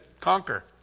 conquer